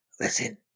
listen